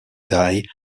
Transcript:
dye